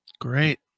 Great